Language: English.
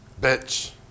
Bitch